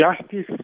justice